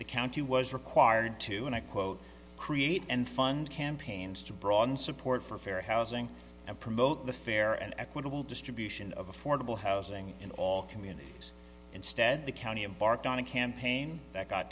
the county was required to and i quote create and fund campaigns to broaden support for fair housing and promote the fair and equitable distribution of affordable housing in all communities instead the county embarked on a campaign that got